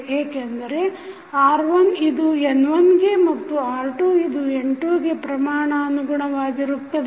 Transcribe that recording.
ಏಕೆಂದರೆ r1 ಇದು N1ಗೆ ಮತ್ತು r2 ಇದು N2ಗೆ ಪ್ರಮಾಣಾನುಗುಣವಾಗಿರುತ್ತವೆ